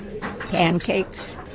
pancakes